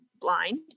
blind